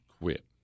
quit